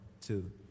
two